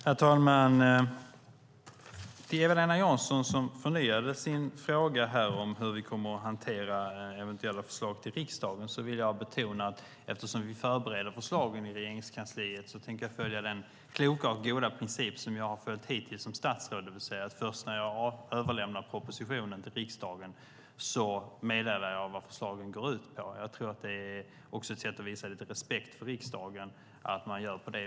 Herr talman! Till Eva-Lena Jansson som förnyade sin fråga om hur vi kommer att hantera eventuella förslag till riksdagen vill jag betona att eftersom vi förbereder förslagen i Regeringskansliet så tänker jag följa den kloka och goda princip som jag har följt hittills som statsråd, det vill säga att först när jag överlämnar propositionen till riksdagen meddelar jag vad förslagen går ut på. Att göra på det viset tror jag också är ett sätt att visa lite respekt för riksdagen.